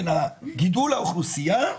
בין הגידול באוכלוסייה,